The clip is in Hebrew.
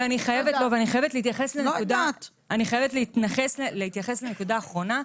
אני חייבת להתייחס לנקודה האחרונה,